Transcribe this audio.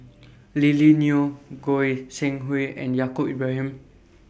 Lily Neo Goi Seng Hui and Yaacob Ibrahim